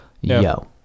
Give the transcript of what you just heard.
Yo